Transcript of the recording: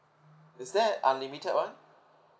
is there unlimited one